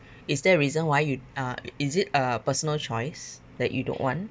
is there a reason why you uh is it a personal choice that you don't want